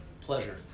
pleasure